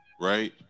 right